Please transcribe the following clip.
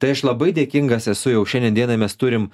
tai aš labai dėkingas esu jau šiandien dienai mes turim